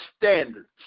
standards